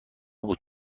بود